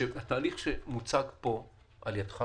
שהתהליך שמוצג פה על ידך